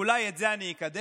אולי את זה אני אקדם,